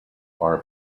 are